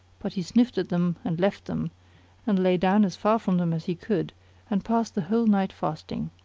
but he sniffed at them and left them and lay down as far from them as he could and passed the whole night fasting.